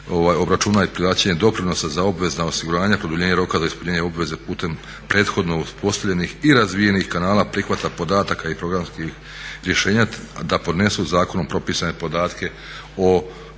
obračuna i plaćanje doprinosa za obvezna osiguranja, produljenje roka za ispunjenje obveze putem prethodno uspostavljenih i razvijenih kanala prihvata podataka i programskih rješenja, da podnesu zakonom propisane podatke po